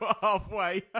halfway